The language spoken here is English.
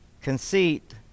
conceit